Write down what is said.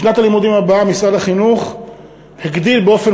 בשנת הלימודים הבאה משרד החינוך הגדיל באופן